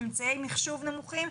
אמצעי מחשוב נמוכים.